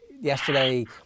yesterday